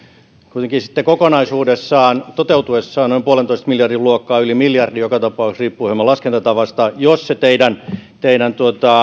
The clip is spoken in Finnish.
kuitenkin sitten kokonaisuudessaan toteutuessaan on noin yhden pilkku viiden miljardin luokkaa yli miljardi joka tapauksessa riippuu hieman laskentatavasta jos se teidän teidän